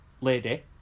lady